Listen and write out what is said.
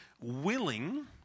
willing